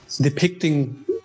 depicting